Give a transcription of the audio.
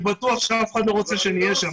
אני בטוח שאף אחד לא רוצה שנהיה שם.